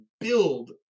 build